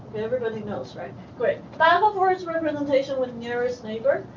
everybody knows, right? great. bag um of words representation with neurosniper,